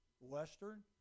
western